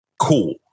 cool